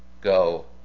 go